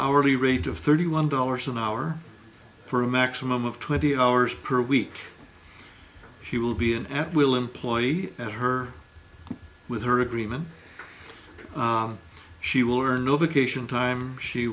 hourly rate of thirty one dollars an hour for a maximum of twenty hours per week she will be an at will employee at her with her agreement she